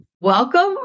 Welcome